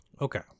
Okay